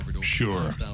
Sure